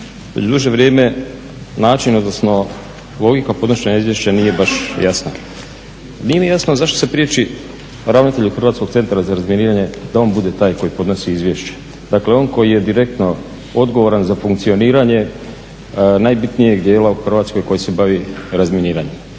duže vrijeme način, odnosno logika podnošenja izvješća nije baš jasna. Nije mi jasno zašto se priječi ravnatelju Hrvatskog centra za razminiranje da on bude taj koji podnosi izvješće? Dakle, on koji je direktno odgovoran za funkcioniranje najbitnijeg dijela u Hrvatskoj koji se bavi razminiranjem.